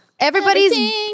everybody's